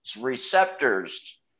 receptors